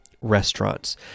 restaurants